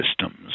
systems